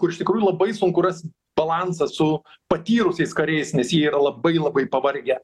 kur iš tikrųjų labai sunku rast balansą su patyrusiais kariais nes jie yra labai labai pavargę